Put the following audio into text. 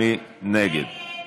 מי נגד?